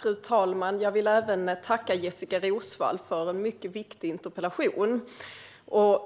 Fru talman! Jag vill tacka Jessika Roswall för en mycket viktig interpellation.